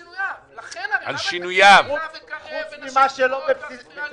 שכל חברי הוועדה מקואליציה ומאופוזיציה העלו אותן לאורך כל הזמן.